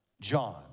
John